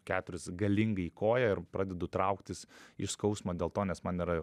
keturis galingai į koją ir pradedu trauktis iš skausmo dėl to nes man yra